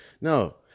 no